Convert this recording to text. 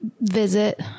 visit